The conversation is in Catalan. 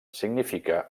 significa